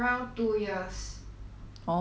oh two years !wah!